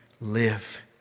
live